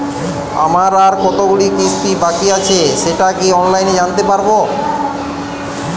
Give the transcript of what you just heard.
আমার আর কতগুলি কিস্তি বাকী আছে সেটা কি অনলাইনে জানতে পারব?